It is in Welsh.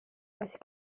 oes